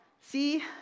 See